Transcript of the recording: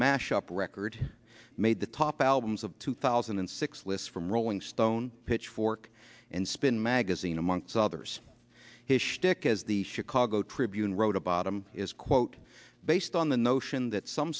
mash up record made the top albums of two thousand and six list from rolling stone pitchfork and spin magazine among others his shtick as the chicago tribune wrote a bottom quote based on the notion that some